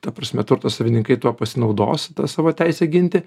ta prasme turto savininkai tuo pasinaudos ta savo teise ginti